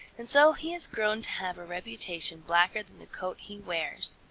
and so he has grown to have a reputation blacker than the coat he wears.